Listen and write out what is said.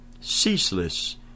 ceaseless